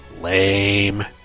Lame